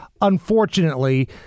Unfortunately